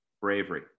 bravery